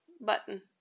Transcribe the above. button